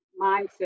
mindset